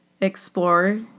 explore